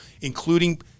including